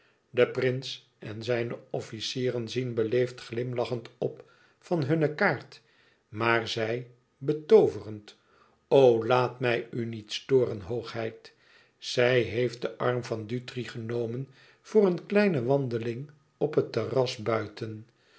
de prins en zijne officieren zien beleefd glimlachend op van hunne kaart maar zij betooverend o laat mij u niet storen hoogheid zij heeft den arm van dutri genomen voor een kleine wandeling op het terras buiten